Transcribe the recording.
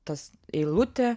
tas eilutė